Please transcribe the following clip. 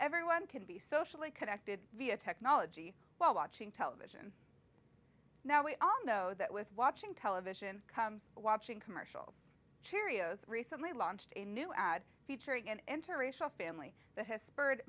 everyone can be socially connected via technology while watching television now we all know that with watching television watching commercials cheerios recently launched a new ad featuring an interracial family that has spurred